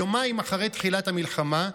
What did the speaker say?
יומיים אחרי תחילת המלחמה,